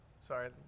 Sorry